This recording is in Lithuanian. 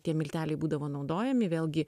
tie milteliai būdavo naudojami vėlgi